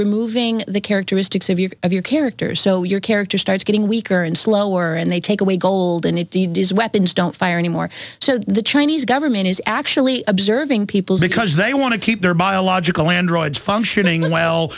removing the characters it's a view of your character so your character starts getting weaker and slower and they take away golden e d does weapons don't fire any more so the chinese government is actually observing people because they want to keep their biological androids functioning well